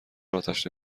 آتش